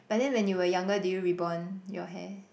but then when you were younger did you rebond your hair